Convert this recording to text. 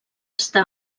està